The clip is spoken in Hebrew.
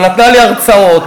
ונתנה לי הרצאות,